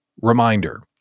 reminder